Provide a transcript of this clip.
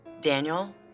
Daniel